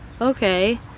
okay